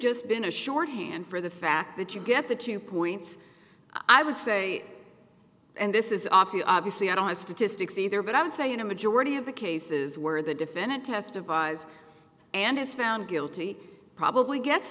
just been a shorthand for the fact that you get the two points i would say and this is awfully obviously i don't have statistics either but i would say in a majority of the cases where the defendant testifies and is found guilty probably gets